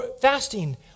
Fasting